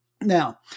Now